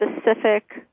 specific